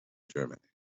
germany